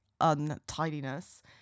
untidiness